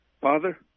Father